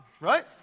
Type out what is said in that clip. right